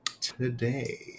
today